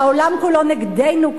שהעולם כולו נגדנו,